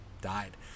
died